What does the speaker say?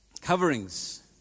coverings